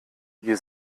wir